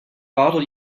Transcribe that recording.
bottle